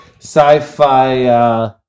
sci-fi